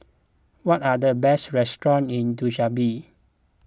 what are the best restaurants in Dushanbe